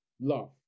Love